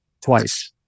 twice